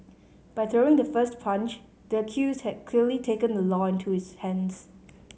by throwing the first punch the accused had clearly taken the law into his hands